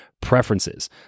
preferences